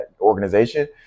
organization